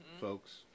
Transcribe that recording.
folks